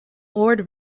ord